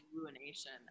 ruination